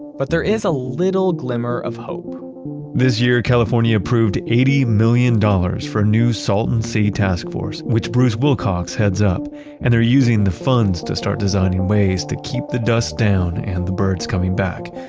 but there is a little glimmer of hope this year california approved eighty million dollars for a new salton salton sea task force, which bruce wilcox heads up and they're using the funds to start designing ways to keep the dust down and the birds coming back,